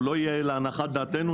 או לא יהיה להנחת דעתנו,